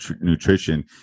nutrition